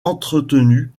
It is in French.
entretenus